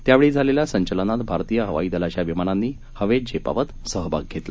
त्यावेळी झालेल्या संचलनात भारतीय हवाई दलाच्या विमानांनी हवेत झेपावत सहभाग घेतला